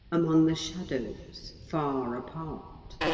among the shadows, far apart.